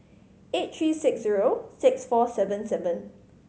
eight three six zero six four seven seven